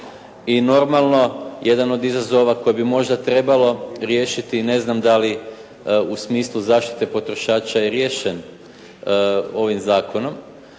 i normalno, jedan od izazova koje bi možda trebalo riješiti ne znam da li u smislu zaštite potrošača je riješen ovim zakonom